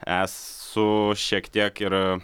esu šiek tiek ir